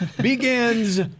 begins